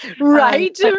right